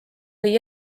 või